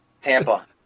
Tampa